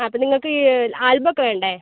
ആ അപ്പം നിങ്ങൾക്കി ആൽബമോക്കെ വേണ്ടേ